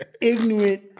ignorant